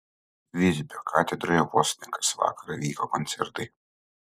visbio katedroje vos ne kas vakarą vyko koncertai